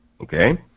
okay